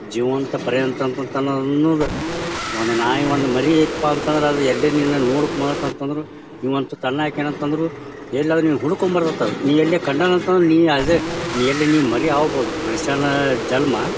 ಜೀವಂತ ಪರ್ಯಂತ ಅಂತಂತ ಅನ್ನೋದು ಒಂದು ನಾಯಿ ಒಂದು ಮರಿಯಿತ್ಪಾ ಅಂತಂದ್ರೆ ಅದು ಎಲ್ಲಿ ನಿನ್ನ ನೋಡೋಕೆ ಬರುತ್ತೆ ಅಂತಂದ್ರೂ ನೀವು ಒಂದು ತುತ್ತು ಅನ್ನ ಹಾಕಿನ್ಯಪ್ಪ ಅಂತಂದ್ರೂ ಎಲ್ಲಾದ್ರೂ ನೀವು ಹುಡುಕ್ಕೊಂಡ್ಬರುತ್ತದು ನೀನು ಎಲ್ಲೇ ಕಂಡನು ಅಂತಂದು ನೀನು ಅದೇ ನೀನು ಎಲ್ಲಿ ನೀನು ಮರಿಯಾಗ್ಬೋದ ಮನುಷ್ಯನ ಜನ್ಮ